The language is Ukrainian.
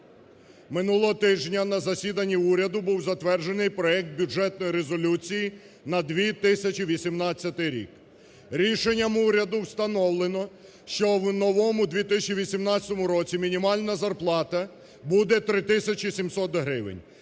Минулого тижня на засіданні уряду був затверджений проект бюджетної резолюції на 2018 рік. Рішенням уряду встановлено, що в новому 2018 році мінімальна зарплата буде три тисячі 700 гривень.